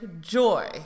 joy